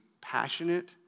passionate